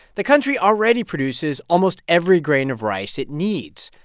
the country already produces almost every grain of rice it needs.